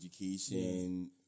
education